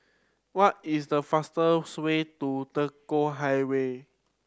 what is the fastest way to Tekong Highway